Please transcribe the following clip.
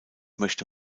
möchte